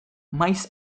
maiz